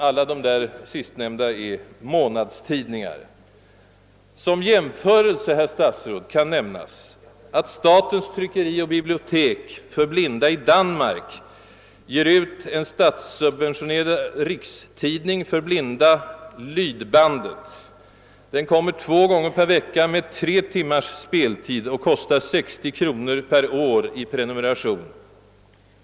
Alla de sistnämnda är månadstidningar. Som jämförelse, herr statsråd, kan nämnas att statens tryckeri och bibliotek för blinda i Danmark ger ut en statssubventionerad = rikstidning = för blinda, »Lydbandet«. Denna kommer två gånger per vecka med tre timmars speltid och kostar 60 kronor per år i prenumeration.